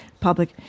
Public